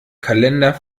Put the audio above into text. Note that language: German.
kalender